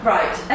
Right